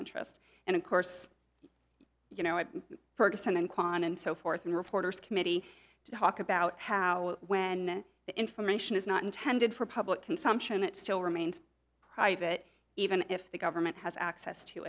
interest and of course you know it ferguson and con and so forth and reporters committee to talk about how when the information is not intended for public consumption it still remains private even if the government has access to